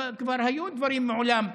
כבר היו דברים מעולם,